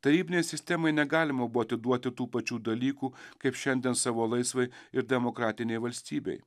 tarybinei sistemai negalima buvo atiduoti tų pačių dalykų kaip šiandien savo laisvai ir demokratinei valstybei